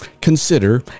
Consider